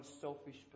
selfish